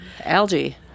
Algae